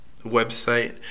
website